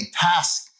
task